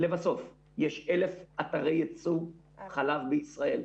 לבסוף, יש 1,000 אתרי ייצור חלב בישראל.